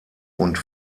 und